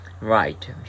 right